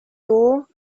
door